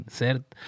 certo